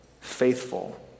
faithful